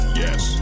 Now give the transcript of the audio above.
yes